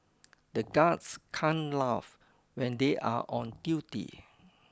the guards can't laugh when they are on duty